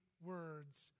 words